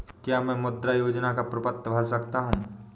क्या मैं मुद्रा योजना का प्रपत्र भर सकता हूँ?